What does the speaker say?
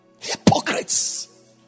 hypocrites